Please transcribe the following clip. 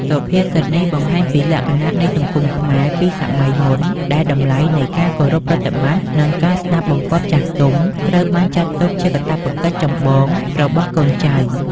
សុភាសិតនេះបង្ហាញពីលក្ខណៈនៃសង្គមខ្មែរពីសម័យមុន ដែលតម្លៃនៃការគោរពប្រតិបត្តិ និងការស្តាប់បង្គាប់ចាស់ទុំ ត្រូវបានចាត់ទុកជាកាតព្វកិច្ចចម្បងរបស់កូនចៅ។